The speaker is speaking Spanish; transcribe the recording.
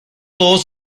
todos